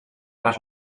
per